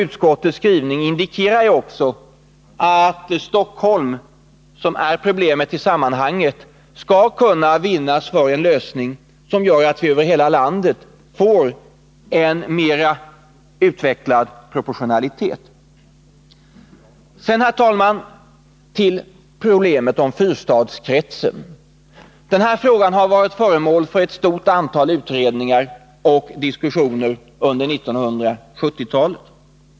Utskottets skrivning indikerar också att Stockholm, som är problemet i sammanhanget, skulle kunna vinnas för en lösning som gör att vi över hela landet får en mer utvecklad proportionalitet. Sedan, herr talman, går jag över till problemet med fyrstadskretsen. Denna fråga har varit föremål för ett stort antal utredningar och diskussioner under 1970-talet.